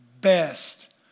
best